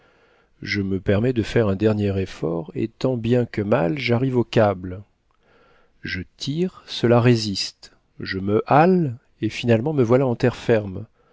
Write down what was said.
je me permets de faire un dernier effort et tant bien que mal j'arrive au câble je tire cela résiste je me hale et finalement me voilà en terre ferme